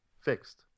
fixed